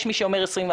יש מי שאומר 21,